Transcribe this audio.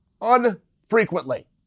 unfrequently